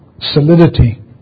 solidity